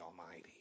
almighty